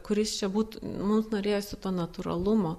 kuris čia būt mums norėjosi to natūralumo